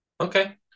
okay